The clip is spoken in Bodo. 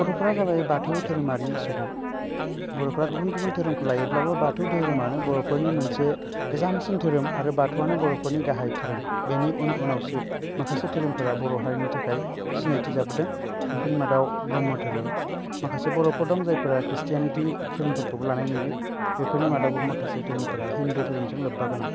बर'फ्रा जाबाय बाथौ धोरोमारि सुबुं बर'फ्रा गुबुन गुबुन धोरोमखौ लायोब्लाबो बाथौ धोरोमआनो बर'फोरनि मोनसे गोजामसिम धोरोम आरो बाथौआनो बर'फोरनि गाहाइ धोरोम बेनि उन उनावसो माखासे धोरोमफोरा बर' हारिनि थाखाय सिनायथि जाबोदों बेफोरनि मादाव ब्रह्म धोरोम माखासे बर'फोर दं जायफोरा खृष्टियानिटि धोरोमफोरखौबो लानाय नुयो बेफोरनि मादावबो माखासे धोरोमफोरा हिन्दु धोरोमजों लोब्बा गोनां